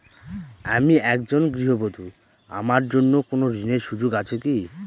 আমি একজন গৃহবধূ আমার জন্য কোন ঋণের সুযোগ আছে কি?